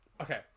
okay